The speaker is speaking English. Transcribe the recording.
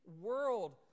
world